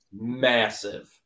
massive